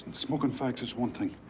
smoking fags is one thing.